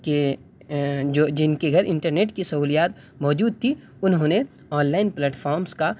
کے جن کے گھر انٹرنیٹ کی سہولیات موجود تھی انہوں نے آنلائن پلیٹفامس کا